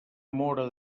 móra